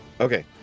Okay